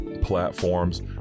platforms